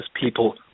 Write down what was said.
people